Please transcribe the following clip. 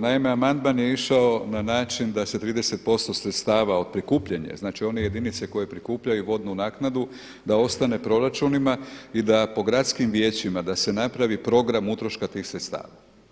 naime amandman je išao na način da se 30% sredstava od prikupljanja, znači one jedinice koje prikupljaju vodnu naknadu da ostane proračunima i da po gradskim vijećima da se napravi program utroška tih sredstava.